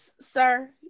Sir